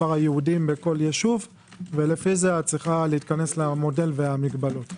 מספר היהודים בכל ישוב ולפי זה את צריכה להתכנס למודל והמגבלות.